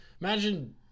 Imagine